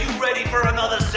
ready for another